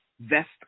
vest